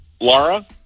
Laura